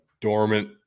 dormant